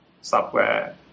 software